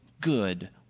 good